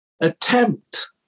attempt